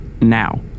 now